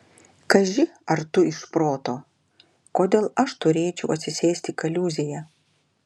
kaži ar tu iš proto kodėl aš turėčiau atsisėsti kaliūzėje